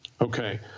Okay